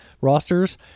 rosters